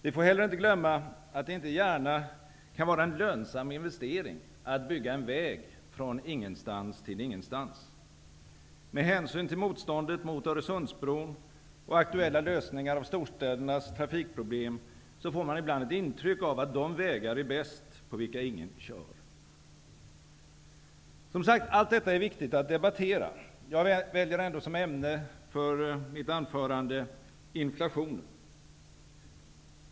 Vi får heller inte glömma att det inte gärna kan vara en lönsam investering att bygga en väg från ingenstans till ingenstans. Med hänsyn till motståndet mot Öresundsbron och aktuella lösningar av storstädernas trafikproblem får man ibland ett intryck av att de vägar är bäst på vilka ingen kör. Som sagt, allt detta är viktigt att debattera. Jag väljer ändå som ämne för mitt anförande inflationen.